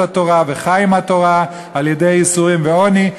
התורה וחי עם התורה על-ידי ייסורים ועוני,